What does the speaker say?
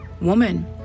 woman